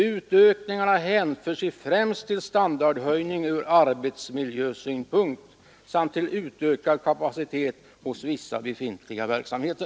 Utökningarna hänför sig främst till standardhöjning ur arbetsmiljösynpunkt samt till utökad kapacitet hos vissa befintliga verksamheter.”